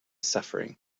suffering